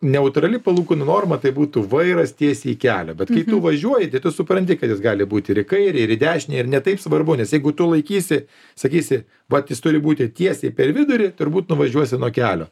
neutrali palūkanų norma tai būtų vairas tiesiai į kelią bet kai tu važiuoji tai tu supranti kad jis gali būt ir į kairę ir į dešinę ir ne taip svarbu nes jeigu tu laikysi sakysi vat jis turi būti tiesiai per vidurį turbūt nuvažiuosi nuo kelio